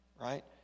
right